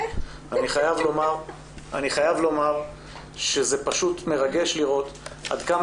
אני חייב לומר שזה פשוט מרגש לראות עד כמה